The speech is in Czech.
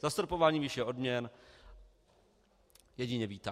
Zastropování výše odměn jedině vítáme.